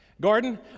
Gordon